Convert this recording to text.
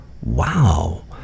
wow